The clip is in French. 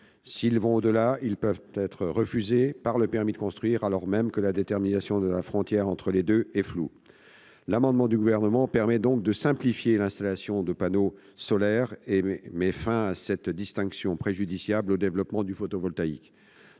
S'ils vont au-delà, ils peuvent être refusés par le permis de construire, alors même que la détermination de la frontière entre les deux est floue. L'amendement n° 336 du Gouvernement vise donc à simplifier l'installation de panneaux solaires et à mettre fin à cette distinction préjudiciable au développement du photovoltaïque.